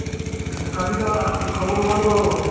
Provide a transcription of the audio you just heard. হ্যাঁ কাশিদা কী খবর বলো